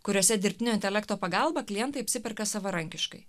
kuriose dirbtinio intelekto pagalba klientai apsiperka savarankiškai